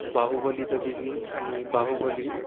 Baahubali the beginning आणि बाहुबली